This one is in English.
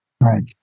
Right